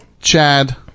chad